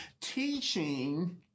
Teaching